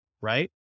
right